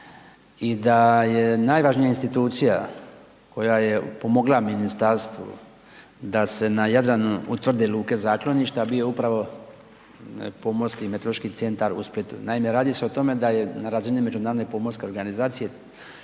i da je najvažnija institucija koja je pomogla ministarstvu da se na Jadranu utvrde luke zakloništa bio upravo Pomorski meteorološki centar u Splitu. Naime, radi se o tome da je na razini međunarodne pomorske organizacije